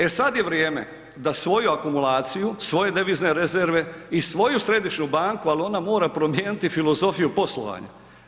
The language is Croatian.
E sada je vrijeme da svoju akumulaciju, svoje devizne rezerve i svoju središnju banku, ali ona mora promijeniti filozofiju poslovanja.